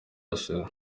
ashes